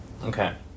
Okay